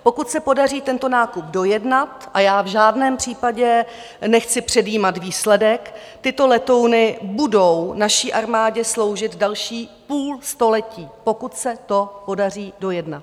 Pokud se podaří tento nákup dojednat, a já v žádném případě nechci předjímat výsledek, tyto letouny budou naší armádě sloužit další půl století, pokud se to podaří dojednat.